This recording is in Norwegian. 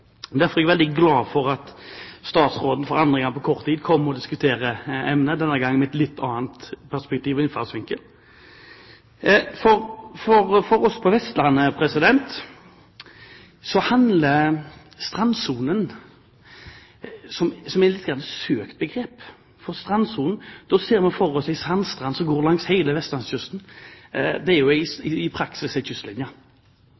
Derfor er jeg veldig glad for at statsråden for andre gang på kort tid kommer og diskuterer emnet, denne gang med et litt annet perspektiv og en annen innfallsvinkel. For oss på Vestlandet er «strandsonen» et litt søkt begrep. Med strandsonen ser vi for oss en sandstrand som går langs hele Vestlandskysten. Det er